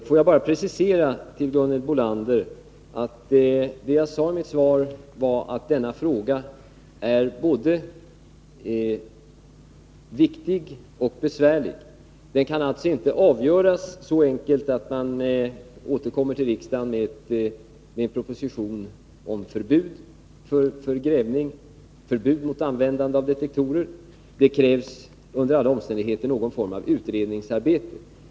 Herr talman! Jag vill bara göra en precisering. Det jag sade i svaret var att denna fråga är både viktig och besvärlig. Den kan alltså inte avgöras så enkelt att man återkommer till riksdagen med en proposition om förbud mot grävning och mot användande av detektorer. Det krävs under alla omständigheter någon form av utredningsarbete.